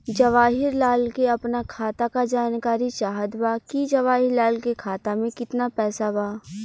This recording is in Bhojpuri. जवाहिर लाल के अपना खाता का जानकारी चाहत बा की जवाहिर लाल के खाता में कितना पैसा बा?